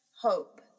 hope